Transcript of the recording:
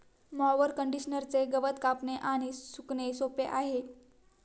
mower कंडिशनरचे गवत कापणे आणि सुकणे सोपे आहे